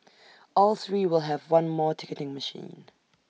all three will have one more ticketing machine